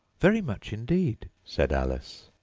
very much indeed said alice.